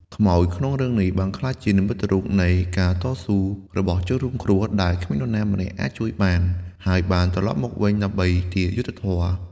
ខ្មោចក្នុងរឿងនេះបានក្លាយជានិមិត្តរូបនៃ ការតស៊ូរបស់ជនរងគ្រោះ ដែលគ្មាននរណាម្នាក់អាចជួយបាន ហើយបានត្រឡប់មកវិញដើម្បីទារយុត្តិធម៌។